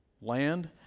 land